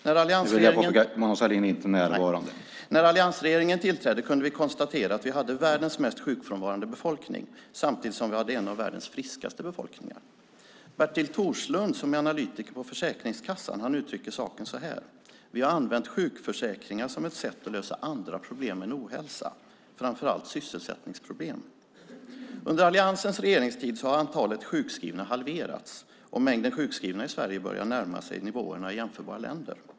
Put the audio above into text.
När alliansregeringen tillträdde kunde vi konstatera att vi hade världens mest sjukfrånvarande befolkning samtidigt som vi hade en av världens friskaste befolkningar. Bertil Thorslund som är analytiker på Försäkringskassan uttrycker saken så här: Vi har använt sjukförsäkringen som ett sätt att lösa andra problem än ohälsa, framför allt sysselsättningsproblem. Under alliansens regeringstid har antalet sjukskrivna halverats, och mängden sjukskrivna i Sverige börjar närma sig nivåerna i jämförbara länder.